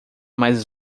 mais